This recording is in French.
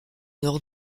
nord